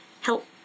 help